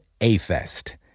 A-Fest